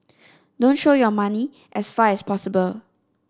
don't show your money as far as possible